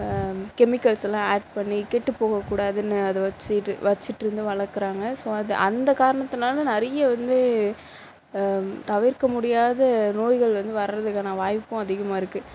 கெமிக்கல்ஸெல்லாம் add பண்ணி கெட்டு போகக்கூடாதுனு அதை வச்சிட்டு வச்சிட்டிருந்து வளர்க்குறாங்க ஸோ அதை அந்த காரணத்துனால் நிறைய வந்து தவிர்க்க முடியாத நோய்கள் வந்து வரதுக்கான வாய்ப்பும் அதிகமாக இருக்குது